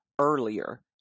earlier